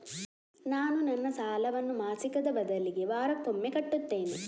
ನಾನು ನನ್ನ ಸಾಲವನ್ನು ಮಾಸಿಕದ ಬದಲಿಗೆ ವಾರಕ್ಕೊಮ್ಮೆ ಕಟ್ಟುತ್ತೇನೆ